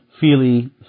feely